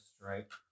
stripe